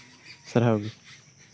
ᱥᱟᱨᱦᱟᱣ ᱜᱮ